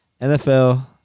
NFL